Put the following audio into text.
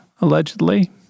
allegedly